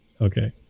Okay